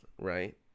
right